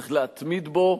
צריך להתמיד בו,